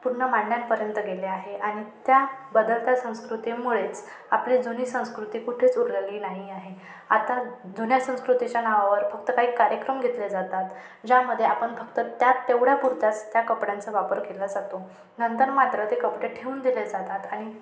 पूर्ण मांड्यांपर्यंत गेले आहे आणि त्या बदलत्या संस्कृतीमुळेच आपली जुनी संस्कृती कुठेच उरलेली नाही आहे आता जुन्या संस्कृतीच्या नावावर फक्त काही कार्यक्रम घेतले जातात ज्यामध्ये आपण फक्त त्यात तेवढ्या पुरत्याच त्या कपड्यांचा वापर केला जातो नंतर मात्र ते कपडे ठेवून दिले जातात आणि